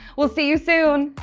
we'll see you soon!